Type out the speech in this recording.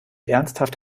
ernsthaft